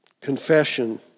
Confession